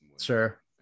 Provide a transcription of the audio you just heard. sure